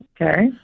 Okay